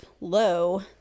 low